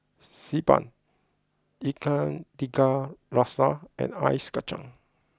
Xi Ban Ikan Tiga Rasa and Ice Kacang